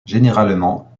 généralement